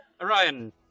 Orion